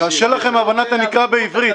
קשה לכם הבנת הנקרא בעברית?